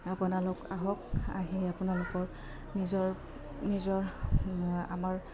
আপোনালোক আহক আহি আপোনালোকৰ নিজৰ নিজৰ আমাৰ